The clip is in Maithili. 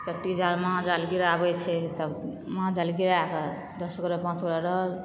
तब जाल महाजाल गिराबै छै तब महाजाल गिराए के दस गोरा पाॅंच गोरा रहल